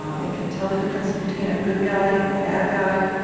um they can tell the difference between a good guy and a bad guy.